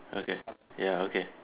okay ya okay